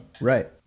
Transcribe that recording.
Right